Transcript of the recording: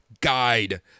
guide